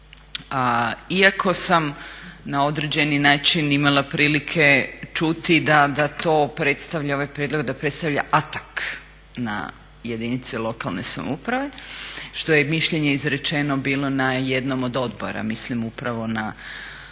čuti da to predstavlja ovaj prijedlog da predstavlja atak na jedinice lokalne samouprave što je mišljenje izrečeno bilo na jednom od odbora. Mislim upravo na Odbor